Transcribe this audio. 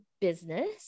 business